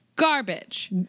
garbage